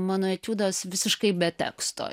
mano etiudas visiškai be teksto